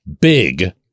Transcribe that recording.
big